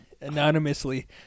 Anonymously